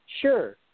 Sure